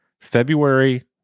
February